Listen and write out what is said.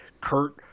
Kurt